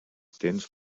temps